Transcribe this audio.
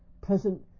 present